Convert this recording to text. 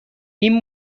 این